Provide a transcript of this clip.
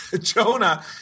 Jonah